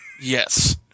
Yes